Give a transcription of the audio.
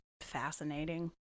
fascinating